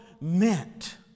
meant